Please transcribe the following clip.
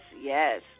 yes